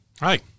Hi